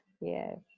yes